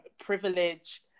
privilege